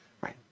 right